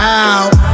out